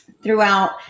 Throughout